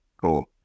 cool